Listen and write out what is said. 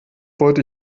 wollte